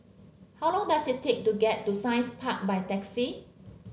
how long does it take to get to Science Park by taxi